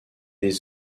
des